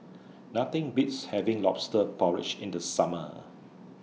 Nothing Beats having Lobster Porridge in The Summer